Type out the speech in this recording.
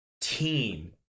team